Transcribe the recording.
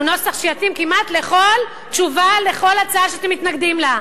הוא נוסח שיתאים כמעט לכל תשובה לכל הצעה שאתם מתנגדים לה.